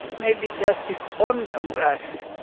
maybe justice on the grass.